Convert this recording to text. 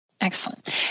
Excellent